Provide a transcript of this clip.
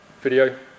video